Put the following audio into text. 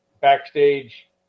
backstage